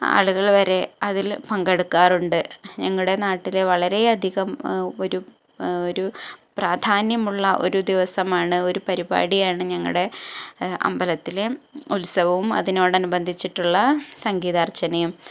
ആളുകൾ വരെ അതിൽ പങ്കെടുക്കാറുണ്ട് ഞങ്ങളുടെ നാട്ടിലെ വളരെയധികം ഒരു ഒരു പ്രാധാന്യമുള്ള ഒരു ദിവസമാണ് ഒരു പരിപാടിയാണ് ഞങ്ങടെ അമ്പലത്തിലെ ഉത്സവവും അതിനോടനുബന്ധിച്ചിട്ടുള്ള സംഗീതാർച്ചനയും